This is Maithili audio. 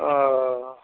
ओ